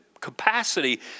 capacity